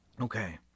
Okay